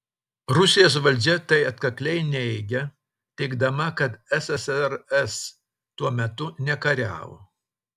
rusijos valdžia tai atkakliai neigia teigdama kad ssrs tuo metu nekariavo